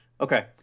Okay